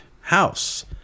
house